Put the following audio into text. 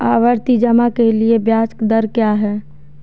आवर्ती जमा के लिए ब्याज दर क्या है?